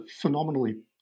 phenomenally